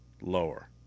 Lower